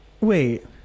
Wait